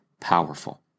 powerful